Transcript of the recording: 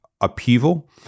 upheaval